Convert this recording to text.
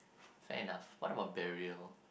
fair enough what about burial